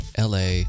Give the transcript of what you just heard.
LA